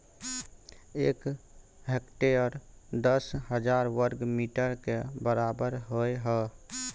एक हेक्टेयर दस हजार वर्ग मीटर के बराबर होय हय